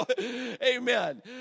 Amen